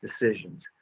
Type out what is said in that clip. decisions